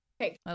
Okay